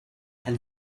and